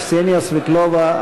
קסניה סבטלובה,